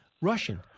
Russian